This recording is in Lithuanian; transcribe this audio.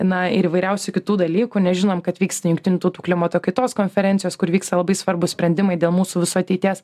na ir įvairiausių kitų dalykų nežinom kad vyksta jungtinių tautų klimato kaitos konferencijos kur vyksta labai svarbūs sprendimai dėl mūsų visų ateities